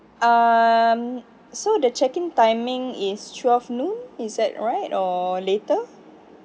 err mm so the checking timing is twelve noon is that right or later